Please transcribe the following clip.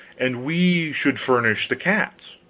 and we should furnish the cats.